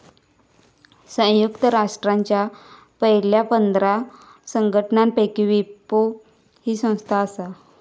संयुक्त राष्ट्रांच्या पयल्या पंधरा संघटनांपैकी विपो ही संस्था आसा